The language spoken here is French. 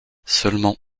seulement